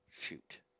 Shoot